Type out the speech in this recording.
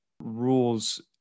rules